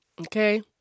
Okay